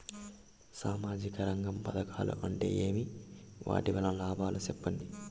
సామాజిక రంగం పథకాలు అంటే ఏమి? వాటి వలన లాభాలు సెప్పండి?